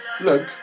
look